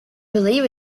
believe